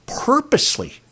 purposely